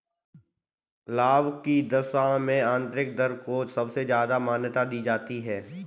लाभ की दशा में आन्तरिक दर को सबसे ज्यादा मान्यता दी जाती है